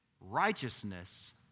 righteousness